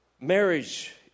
Marriage